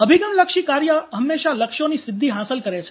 અભિગમલક્ષી કાર્ય હંમેશાં લક્ષ્યોની સિદ્ધિ હાંસલ કરે છે